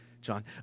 John